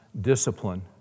discipline